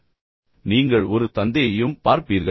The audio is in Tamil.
இப்போது இங்கே நீங்கள் ஒரு தந்தையையும் பார்ப்பீர்கள்